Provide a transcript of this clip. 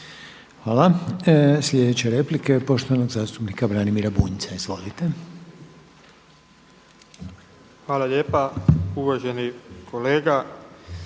Hvala. Sljedeća replika je poštovanog zastupnika Branimira Bunjca. Izvolite. **Bunjac, Branimir